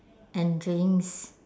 and drinks